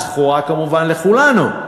הזכורה כמובן לכולנו,